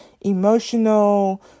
emotional